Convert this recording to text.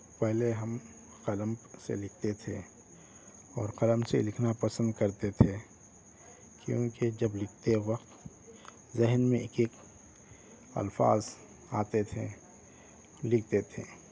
پہلے ہم قلم سے لکھتے تھے اور قلم سے لکھنا پسند کرتے تھے کیونکہ جب لکھتے وقت ذہن میں ایک ایک الفاظ آتے تھے لکھتے تھے